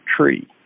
tree